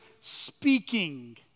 speaking